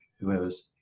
whoever's